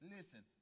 Listen